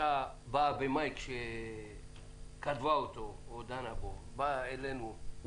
הייתה באה במאי כשכתבה אותו או דנה בו, באה אלינו,